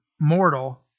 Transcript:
mortal